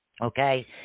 Okay